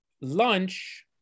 Lunch